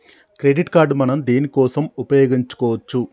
Credit card మనం దేనికోసం ఉపయోగించుకోవచ్చు?